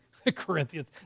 Corinthians